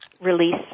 release